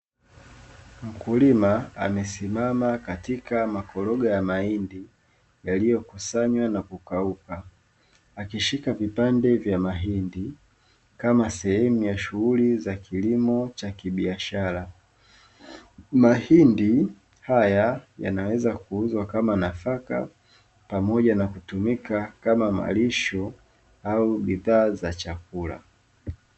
Mkulima akiwa amesimama katika makoroga ya mahindi, yaliyo kusanywa na kukauka, akishika vipande vya mahindi, kama sehemu ya shughuli za kilimo cha kibiashara. Mahindi haya yanaweza kuuzwa kama nafaka, pamoja na kutumika kama malisho au bidhaa za chakula.